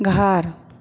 घर